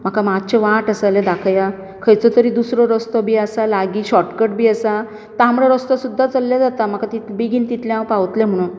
म्हाका मातशें वाट आस जाल्यार दाखया खंयचो तरी दुसरो रस्तो बी आसा लागी श्योर्टकट बी आसा तांबडो रस्तो सुद्दां चल्ल्या जाता म्हाका बेगीन तितले हांव पावतलें म्हणून